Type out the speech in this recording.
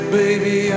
baby